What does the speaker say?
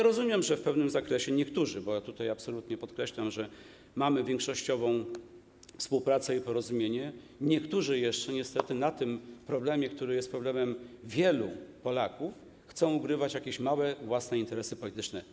Rozumiem, że w pewnym zakresie niektórzy, bo absolutnie podkreślam, że mamy większościową współpracę i porozumienie, niestety na tym problemie, który jest problemem wielu Polaków, chcą ugrać jakieś małe, własne interesy polityczne.